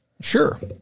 Sure